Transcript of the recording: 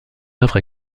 œuvre